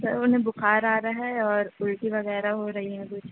سر انہیں بخار آ رہا ہے اور الٹی وغیرہ ہو رہی ہے